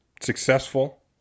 successful